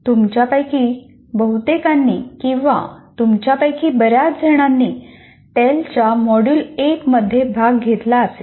तुमच्यापैकी बहुतेकांनी किंवा तुमच्यापैकी बऱ्याच जणांनी टेल च्या मॉड्यूल 1 मध्ये भाग घेतला असेल